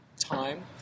time